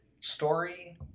story